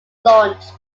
launched